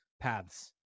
paths